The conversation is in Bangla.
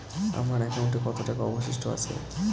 আমার একাউন্টে কত টাকা অবশিষ্ট আছে?